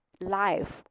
life